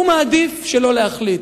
הוא מעדיף שלא להחליט.